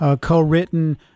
co-written